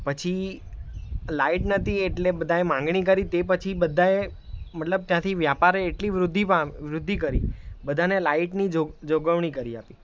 પછી લાઇટ નહોતી એટલે બધાએ માંગણી કરી તે પછી બધાએ મતલબ ત્યાંથી વ્યાપારે એટલી વૃદ્ધિ પામી વૃદ્ધિ કરી બધાને લાઇટની જોગવણી કરી આપી